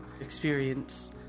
experience